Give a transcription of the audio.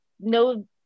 no